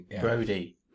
Brody